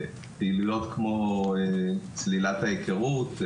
פעילויות כמו צלילת ההיכרות,